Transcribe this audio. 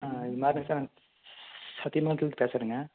ஆ இதுமாதிரி சார் பேசறங்க